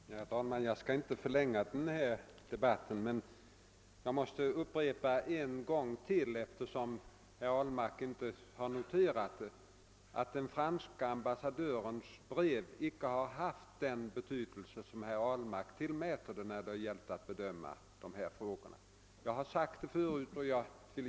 Herr talman! Jag skall inte mycket förlänga denna debatt. Jag måste emellertid ännu en gång upprepa, eftersom herr Ahlmark inte uppmärksammat det, att den franske ambassadörens brev icke haft den betydelse när det gällt att bedöma dessa frågor, som herr Ahlmark tillmäter det.